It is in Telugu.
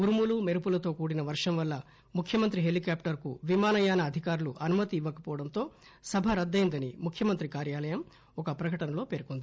ఉరుములు మెరుపులతో కూడిన వర్షం వల్ల ముఖ్యమంత్రి హెలికాప్టర్ కు విమానయాన అధికారులు అనుమతి ఇవ్వకపోవడంతో సభ రద్దయిందని ముఖ్యమంత్రి కార్యాలయం ఒక ప్రకటనలో పేర్కొంది